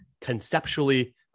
conceptually